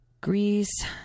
greece